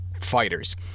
fighters